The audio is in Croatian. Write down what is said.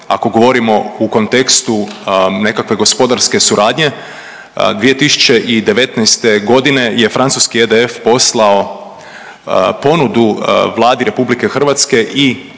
ako govorimo u kontekstu nekakve gospodarske suradnje, 2019. g. je francuski EDF poslao ponudu Vladi RH i upravi